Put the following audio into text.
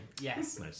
Yes